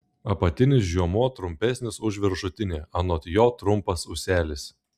apatinis žiomuo trumpesnis už viršutinį ant jo trumpas ūselis